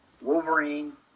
wolverine